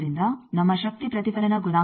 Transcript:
ಆದ್ದರಿಂದ ನಮ್ಮ ಶಕ್ತಿ ಪ್ರತಿಫಲನ ಗುಣಾಂಕವು 0